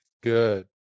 good